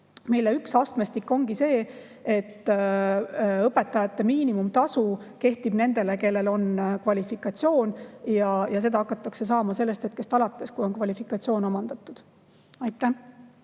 Üks astmestik ongi see, et õpetajate miinimumtasu kehtib nendele, kellel on kvalifikatsioon, ja seda hakatakse saama sellest hetkest alates, kui on kvalifikatsioon omandatud. Rene